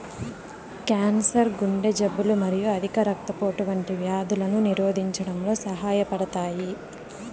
cancer, గుండె జబ్బులు మరియు అధిక రక్తపోటు వంటి వ్యాధులను నిరోధించడంలో సహాయపడతాయి